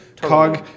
Cog